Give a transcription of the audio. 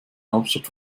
hauptstadt